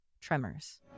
Tremors